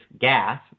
gas